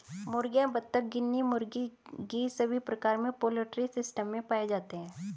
मुर्गियां, बत्तख, गिनी मुर्गी, गीज़ सभी प्रकार के पोल्ट्री सिस्टम में पाए जा सकते है